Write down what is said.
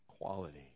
quality